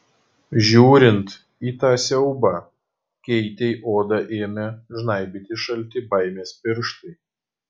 žiūrint į tą siaubą keitei odą ėmė žnaibyti šalti baimės pirštai